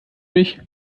mich